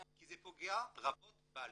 כי זה פוגע רבות בעליה.